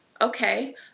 Okay